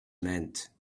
meant